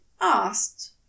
asked